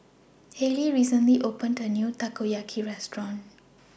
Hailie recently opened A New Takoyaki Restaurant